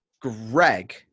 Greg